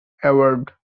award